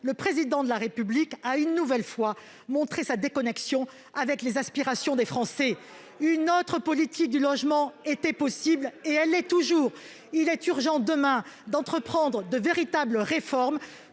le président de la République a une nouvelle fois montré sa déconnexion avec les aspirations des Français, une autre politique du logement était possible et elle est toujours, il est urgent, demain, d'entreprendre de véritables réformes